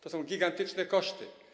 To są gigantyczne koszty.